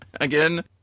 again